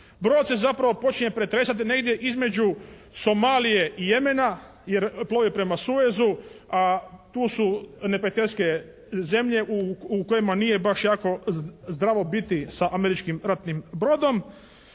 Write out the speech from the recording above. Brod se zapravo počinje pretresati negdje između Somalije i Jemena jer plovi prema Suezu, a tu su neprijateljske zemlje u kojima nije baš jako zdravo biti sa Američkim ratnim brodom.